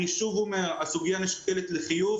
אני שוב אומר הסוגיה נשקלת לחיוב.